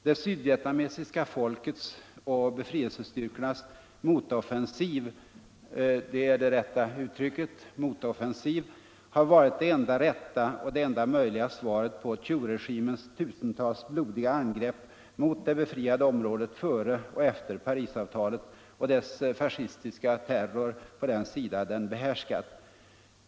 Det sydvietnamesiska folkets och befrielsestyrkornas motoffensiv — det är 233 det korrekta uttrycket — har varit det enda rätta och enda möjliga svaret på Thieuregimens tusentals blodiga angrepp mot det befriade området före och efter Parisavtalet och dess fascistiska terror på den sida den behärskat.